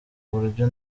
uburyo